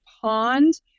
pond